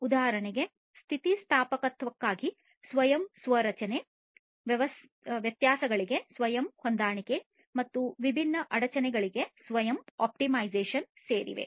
ಉದಾಹರಣೆಗಳಲ್ಲಿ ಸ್ಥಿತಿಸ್ಥಾಪಕತ್ವಕ್ಕಾಗಿ ಸ್ವಯಂ ಸಂರಚನೆ ವ್ಯತ್ಯಾಸಗಳಿಗೆ ಸ್ವಯಂ ಹೊಂದಾಣಿಕೆ ಮತ್ತು ವಿಭಿನ್ನ ಅಡಚಣೆಗಳಿಗೆ ಸ್ವಯಂ ಆಪ್ಟಿಮೈಸೇಶನ್ ಸೇರಿವೆ